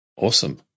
Awesome